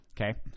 Okay